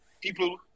people